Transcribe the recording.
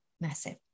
Massive